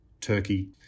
Turkey